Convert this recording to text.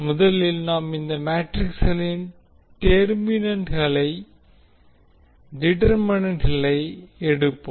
முதலில் நாம் இந்த மேட்ரிக்ஸ்களின் டிடெர்மினண்ட்களை எடுப்போம்